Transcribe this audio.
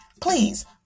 Please